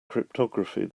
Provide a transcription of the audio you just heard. cryptography